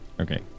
Okay